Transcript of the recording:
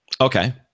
Okay